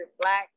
Black